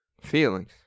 feelings